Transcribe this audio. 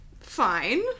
Fine